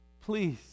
Please